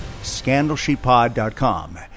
scandalsheetpod.com